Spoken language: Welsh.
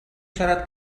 siarad